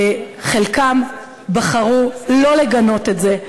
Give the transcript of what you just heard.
חלקם בחרו לא לגנות את זה,